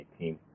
2018